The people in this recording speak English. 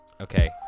Okay